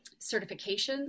certifications